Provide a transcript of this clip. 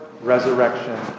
Resurrection